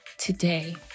Today